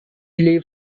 leaf